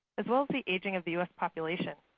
as well as the aging of the us population.